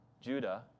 Judah